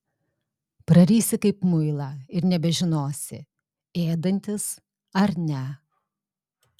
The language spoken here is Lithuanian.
prarysi kaip muilą ir nebežinosi ėdantis ar ne